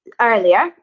earlier